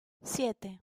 siete